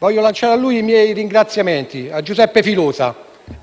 Voglio rivolgere i miei ringraziamenti a Giuseppe Filosa